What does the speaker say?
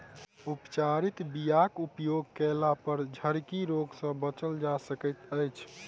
उपचारित बीयाक उपयोग कयलापर झरकी रोग सँ बचल जा सकैत अछि